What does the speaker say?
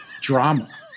drama